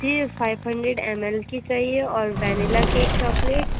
جی five hundred M L کی چاہیے اور ونیلا کیک چاکلیٹ